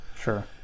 Sure